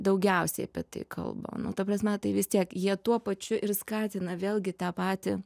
daugiausiai apie tai kalba nu ta prasme tai vis tiek jie tuo pačiu ir skatina vėlgi tą patį